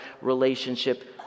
relationship